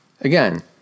Again